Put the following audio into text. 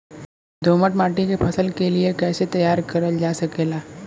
दोमट माटी के फसल के लिए कैसे तैयार करल जा सकेला?